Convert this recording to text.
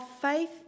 faith